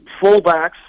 fullbacks